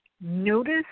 Notice